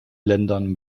ländern